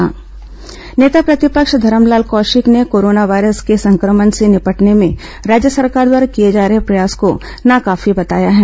corona Kaushik पत्रकारवार्ता नेता प्रतिपक्ष धरमलाल कौशिक ने कोरोना वायरस के संक्रमण से निपटने में राज्य सरकार द्वारा किए जा रहे प्रयास को नाकाफी बताया है